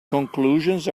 conclusions